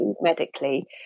medically